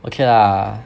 okay lah